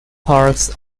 parks